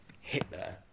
Hitler